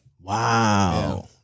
Wow